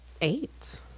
eight